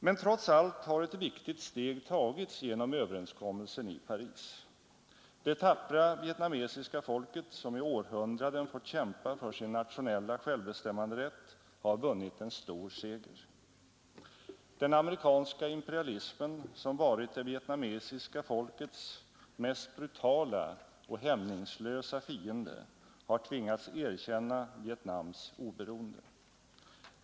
Men trots allt har ett viktigt steg tagits genom överenskommelsen i Paris. Det tappra vietnamesiska folket, som i århundraden fått kämpa för sin nationella självbestämmanderätt, har vunnit en stor seger. Den amerikanska imperialismen, som varit det vietnamesiska folkets mest brutala och hämningslösa fiende, har tvingats erkänna Vietnams oberoende.